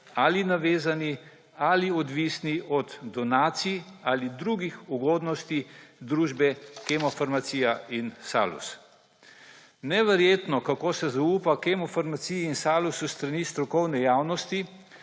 ali navezane ali odvisne od donacij ali drugih ugodnosti družbe Kemofarmacija in Salus. Neverjetno, kako se zaupa Kemofarmaciji in Salusu s strani strokovne javnosti,